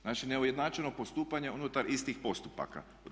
Znači, neujednačeno postupanje unutar istih postupaka.